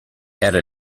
era